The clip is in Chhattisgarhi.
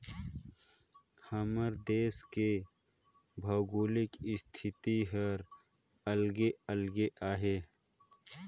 हमर देस के भउगोलिक इस्थिति हर अलगे अलगे अहे